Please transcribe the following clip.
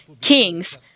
kings